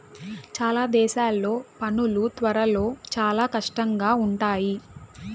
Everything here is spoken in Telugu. చాలా దేశాల్లో పనులు త్వరలో చాలా కష్టంగా ఉంటాయి